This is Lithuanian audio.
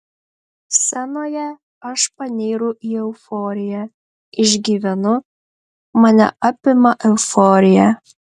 scenoje aš panyru į euforiją išgyvenu mane apima euforija